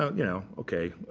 ah you know, ok.